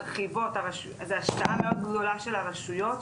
זה השקעה מאוד גדולה של הרשויות,